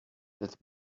that